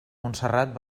montserrat